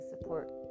support